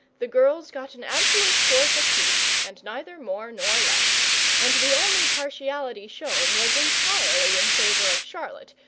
the girls got an absolute fourth apiece, and neither more nor less and the only partiality shown was entirely in favour of charlotte,